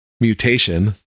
mutation